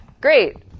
Great